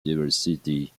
diversity